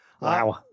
wow